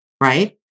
right